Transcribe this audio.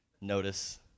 notice